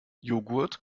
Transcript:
joghurt